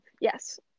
Yes